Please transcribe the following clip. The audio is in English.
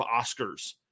Oscars